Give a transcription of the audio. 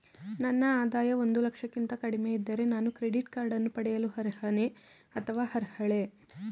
ನನ್ನ ಆದಾಯ ಒಂದು ಲಕ್ಷಕ್ಕಿಂತ ಕಡಿಮೆ ಇದ್ದರೆ ನಾನು ಕ್ರೆಡಿಟ್ ಕಾರ್ಡ್ ಪಡೆಯಲು ಅರ್ಹನೇ ಅಥವಾ ಅರ್ಹಳೆ?